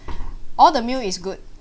all the meal is good